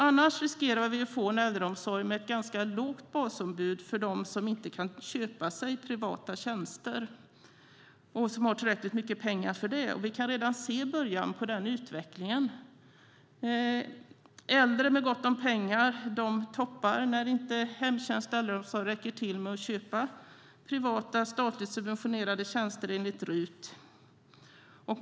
Annars riskerar vi att få en äldreomsorg med ett lågt basutbud för dem som inte har tillräckligt med pengar att köpa sig privata tjänster. Vi kan redan se en början på den utvecklingen. Äldre med gott om pengar toppar när hemtjänstens äldreomsorg inte räcker till genom att köpa privata statligt subventionerade tjänster enligt RUT.